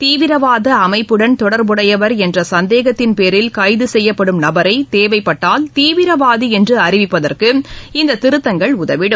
தீவிரவாத அமைப்புடன் தொடர்புடையவர் என்ற சந்தேகத்தின் பேரில் கைது செய்யப்படும் நபரை தேவைப்பாட்டால் தீவிரவாதி என்று அறிவிப்பதற்கு இந்த திருத்தங்கள் உதவிடும்